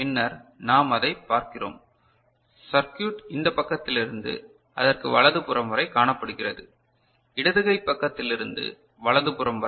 பின்னர் நாம் அதைப் பார்க்கிறோம் சர்க்யூட் இந்த பக்கத்திலிருந்து அதற்கு வலது புறம் வரை காணப்படுகிறது இடது கை பக்கத்திலிருந்து வலது புறம் வரை